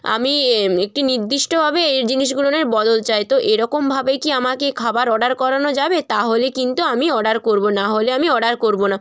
আমি এ একটি নির্দিষ্টভাবে এ জিনিসগুলোনের বদল চাই তো এরকমভাবেই কি আমাকে খাবার অর্ডার করানো যাবে তাহলে কিন্তু আমি অর্ডার করব না হলে আমি অর্ডার করব না